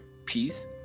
peace